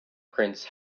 prince